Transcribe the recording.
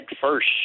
first